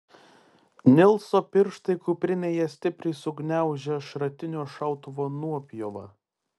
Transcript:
nilso pirštai kuprinėje stipriai sugniaužia šratinio šautuvo nuopjovą